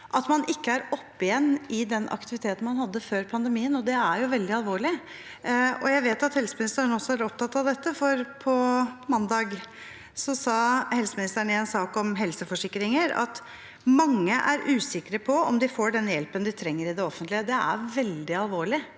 at man ikke er oppe igjen i den aktiviteten man hadde før pandemien, og det er veldig alvorlig. Jeg vet at helseministeren er opptatt av dette, for på mandag sa han i en sak om helseforsikringer at mange er usikre på om de får den hjelpen de trenger i det offentlige. Det er veldig alvorlig,